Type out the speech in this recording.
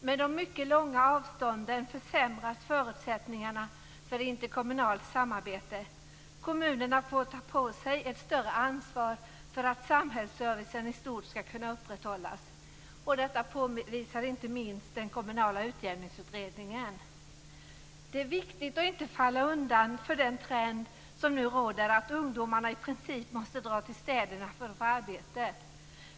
Med de mycket långa avstånden försämras förutsättningarna för interkommunalt samarbete. Kommunerna får ta på sig ett större ansvar för att samhällsservicen i stort skall kunna upprätthållas. Detta påvisar inte minst den kommunala utjämningsutredningen. Det är viktigt att inte falla undan för den trend som nu råder att ungdomarna i princip måste dra till städerna för att få arbete.